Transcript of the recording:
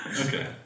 Okay